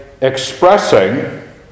expressing